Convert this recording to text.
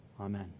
Amen